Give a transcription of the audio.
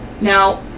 Now